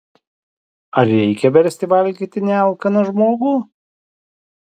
ar reikia versti valgyti nealkaną žmogų